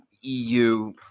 EU